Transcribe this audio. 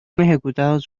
ejecutados